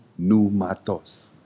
numatos